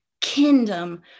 kingdom